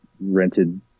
rented